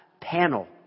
panel